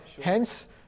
hence